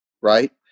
right